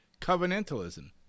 covenantalism